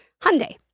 Hyundai